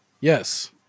Yes